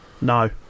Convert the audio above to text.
No